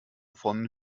von